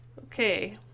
Okay